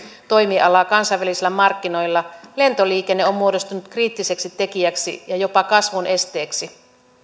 toimialaa kansainvälisillä markkinoilla lentoliikenne on muodostunut kriittiseksi tekijäksi ja jopa kasvun esteeksi